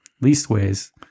Leastways